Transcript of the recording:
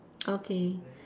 okay